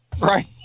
right